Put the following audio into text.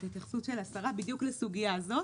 את התייחסות השרה בדיוק לסוגיה הזאת,